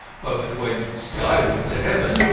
both went skyward to heaven,